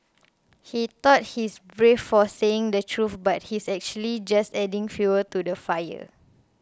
he thought he's brave for saying the truth but he's actually just adding fuel to the fire